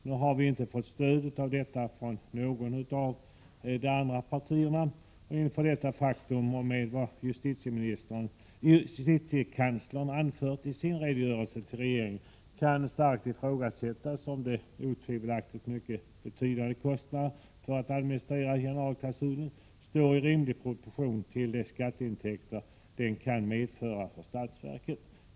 Nu har vi inte fått stöd för vårt krav från något av de övriga partierna. Inför detta faktum och efter vad justitiekanslern anfört i sin redogörelse till regeringen kan starkt ifrågasättas om de otvivelaktigt mycket betydande kostnaderna för att administrera generalklausulen står i rimlig proportion till de skatteintäkter den kan medföra för statsverket.